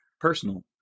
personal